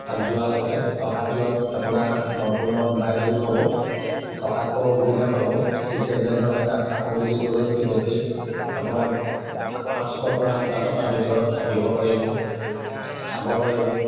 তাত যোৱালৈকে অহা যোৱা আপোনাৰ সম্পূৰ্ণ বাই ডাবল হ'ব থকা খোৱা সুবিধা পাব ঠিক তেনেধৰণে তাত থাকোঁ বুলি ক'লেও ঠিক একেই আপোনাৰ পাঁচশৰ পৰা হাজাৰ টকাৰ ভিতৰত থাকিব পাৰিব খাব পাৰিব